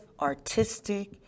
artistic